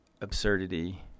absurdity